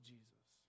Jesus